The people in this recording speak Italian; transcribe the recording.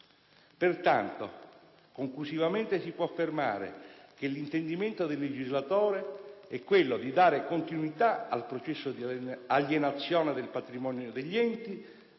Pertanto, conclusivamente si può affermare che l'intendimento del legislatore è quello di dare continuità al processo di alienazione del patrimonio degli enti,